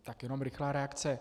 Tak jenom rychlá reakce.